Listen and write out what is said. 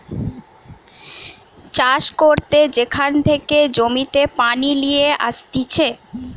চাষ করতে যেখান থেকে জমিতে পানি লিয়ে আসতিছে